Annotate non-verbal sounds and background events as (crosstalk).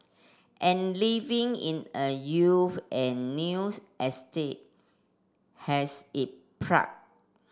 and living in a you and news estate has it (unintelligible)